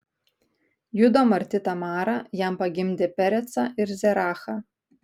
judo marti tamara jam pagimdė perecą ir zerachą